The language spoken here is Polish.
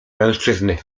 mężczyzny